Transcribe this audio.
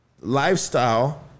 lifestyle